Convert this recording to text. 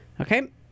Okay